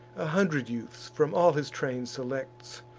a hundred youths from all his train selects,